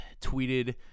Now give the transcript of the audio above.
tweeted